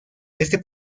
este